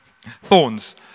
thorns